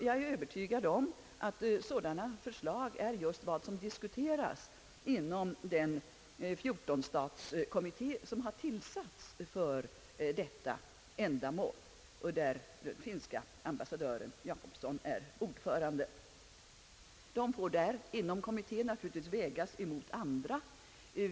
Jag är övertygad om att sådana förslag är just vad som diskuteras inom den 14-statskommitté som har tillsatts för detta ändamål och där den finske ambassadören Jakobson är ordförande. Inom kommittén får de olika förslagen naturligtvis vägas mot varandra.